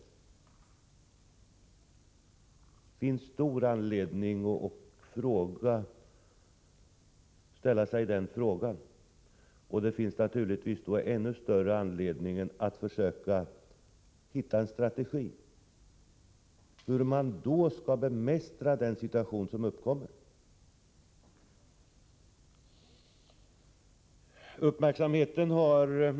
Det finns stor anledning att ställa sig den frågan, och det finns naturligtvis ännu större anledning att försöka hitta en strategi för hur man då skall kunna bemästra den situation som uppkommer.